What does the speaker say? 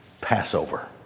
Passover